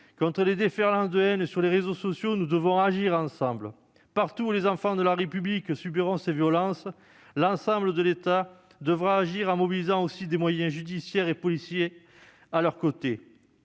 Contre les déferlantes de haine sur les réseaux sociaux, nous devons agir ensemble. Partout où les enfants de la République subiront ces violences, l'État devra agir, en mobilisant également des moyens judiciaires et policiers. Nous